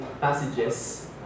passages